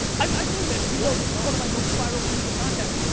i mean this, you know this is one of my most viral pieces of content.